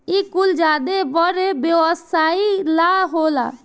इ कुल ज्यादे बड़ व्यवसाई ला होला